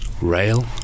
rail